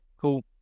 cool